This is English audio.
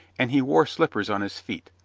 and he wore slippers on his feet.